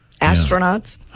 Astronauts